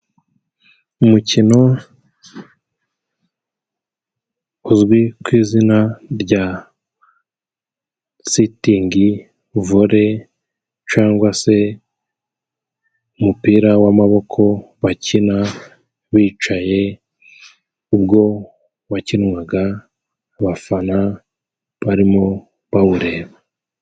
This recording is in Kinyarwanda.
Umukino uzwi ku izina rya sitingi vole cangwa se umupira w'amaboko bakina bicaye ubwo wakinwaga abafana barimo bawureba.